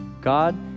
God